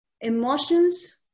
emotions